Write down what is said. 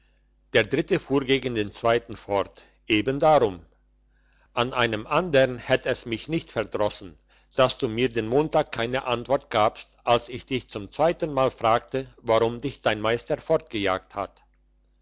der dritte fuhr gegen den zweiten fort eben darum an einem andern hätt es mich nicht verdrossen dass du mir den montag keine antwort gabst als ich dich zum zweiten mal fragte warum dich dein meister fortgejagt hat